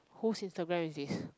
whose instagram is this